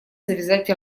завязать